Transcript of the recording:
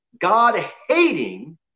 God-hating